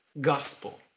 gospel